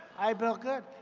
i built good.